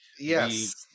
Yes